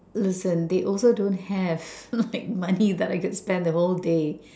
listen they also don't have like money that I can spend the whole day